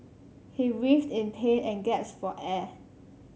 he writhed in pain and gasped for air